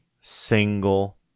single